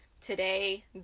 today